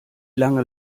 lange